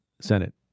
Senate